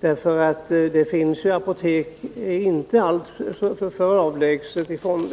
för det finns ju apotek inte alltför långt därifrån.